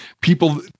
people